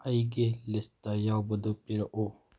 ꯑꯩꯒꯤ ꯂꯤꯁꯇ ꯌꯥꯎꯕꯗꯨ ꯄꯤꯔꯛꯎ